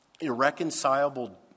irreconcilable